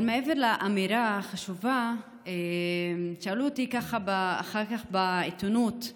אבל מעבר לאמירה החשובה שאלו אותי אחר כך בעיתונות: